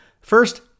First